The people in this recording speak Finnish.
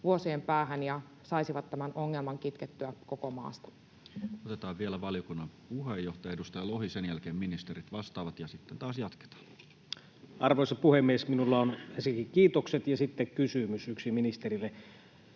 vuosien päähän ja saisivat tämän ongelman kitkettyä koko maasta. Otetaan vielä valiokunnan puheenjohtaja, edustaja Lohi. Sen jälkeen ministerit vastaavat, ja sitten taas jatketaan. Arvoisa puhemies! Minulla on ensinnäkin kiitokset ja sitten yksi kysymys ministerille: